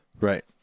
Right